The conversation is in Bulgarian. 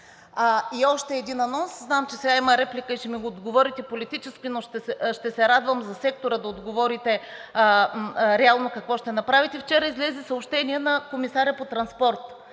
И още един анонс. Знам, че сега има реплика и ще ми отговорите политически, но ще се радвам за сектора да отговорите реално какво ще направите. Вчера излезе съобщение на комисаря по транспорт